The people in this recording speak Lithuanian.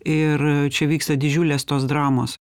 ir čia vyksta didžiulės tos dramos